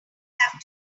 have